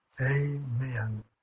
Amen